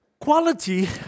quality